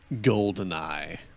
goldeneye